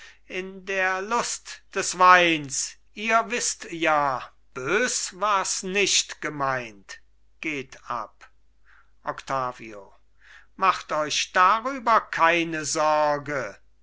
in der lust des weins ihr wißt ja bös wars nicht gemeint geht ab octavio macht euch darüber keine sorge